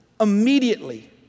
immediately